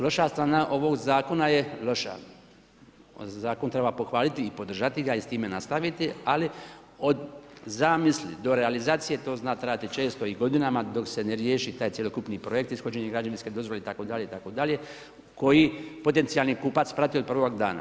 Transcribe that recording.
Loša strana ovog zakona je, loša, zakon treba pohvaliti i podržati ga i s time nastaviti, ali od zamisli do realizacije to zna trajati često i godinama dok se ne riješi taj cjelokupni projekt, ishođenje građevinske dozvole itd., itd. koji potencijalni kupac prati od prvog dana.